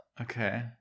Okay